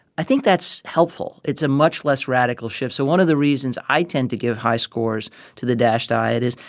i think that's helpful. it's a much less radical shift. so one of the reasons reasons i tend to give high scores to the dash diet is,